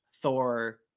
Thor